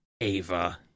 Ava